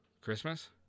Christmas